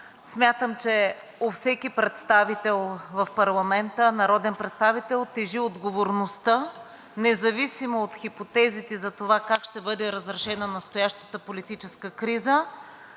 Смятам, че у всеки народен представител в парламента тежи отговорността, независимо от хипотезите за това как ще бъде разрешена настоящата политическа криза,